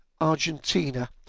Argentina